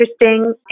interesting